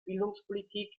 bildungspolitik